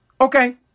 okay